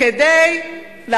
אבל,